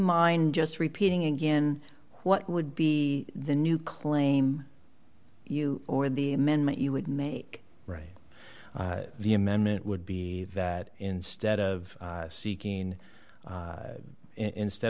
mind just repeating again what would be the new claim you or the amendment you would make right the amendment would be that instead of seeking instead